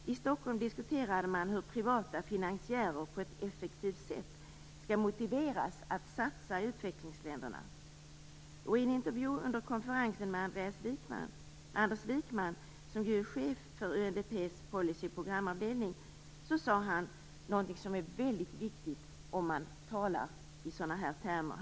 I Stockholm diskuterade man hur privata finansiärer på ett effektivt sätt skall motiveras att satsa i utvecklingsländerna. I en intervju som gjordes under konferensen med Anders Wijkman, som är chef för UNDP:s policy och programavdelning, sade han någonting som är mycket viktigt om man talar i sådana här termer.